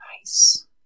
Nice